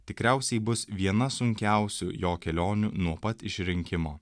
tikriausiai bus viena sunkiausių jo kelionių nuo pat išrinkimo